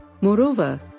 Moreover